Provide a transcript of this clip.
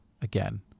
again